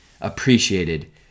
appreciated